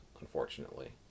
unfortunately